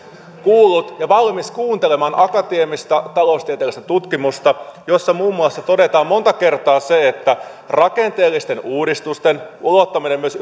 kuullut ja valmis kuuntelemaan akateemista taloustieteellistä tutkimusta jossa muun muassa todetaan monta kertaa se että rakenteellisten uudistusten ulottaminen myös